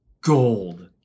gold